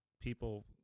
people